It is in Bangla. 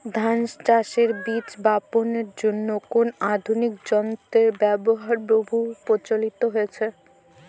ধান চাষের বীজ বাপনের জন্য কোন আধুনিক যন্ত্রের ব্যাবহার বহু প্রচলিত হয়েছে?